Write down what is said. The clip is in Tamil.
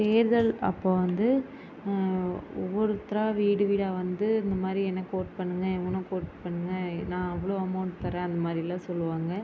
தேர்தல் அப்போ வந்து ஒவ்வொருத்தராக வீடு வீடாக வந்து இந்த மாதிரி எனக்கு வோட் பண்ணுங்கள் இவனுக்கு வோட் பண்ணுங்கள் நான் அவ்வளோ அமௌண்ட் தரேன் அந்த மாதிரிலாம் சொல்லுவாங்க